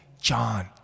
John